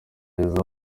byiza